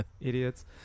Idiots